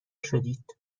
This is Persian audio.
شدید